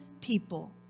people